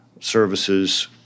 services